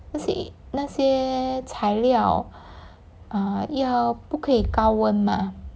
那些那些材料 err 要不可以高温吗